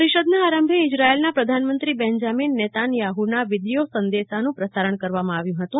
પરિષદના આરંભે ઇઝરાયેલના પ્રધાનમંત્રી બેન્જામીન નેતાનયાહુના વિડીયો સંદેશાનું પ્રસારણ કરવામાં આવ્યું હતું